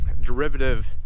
derivative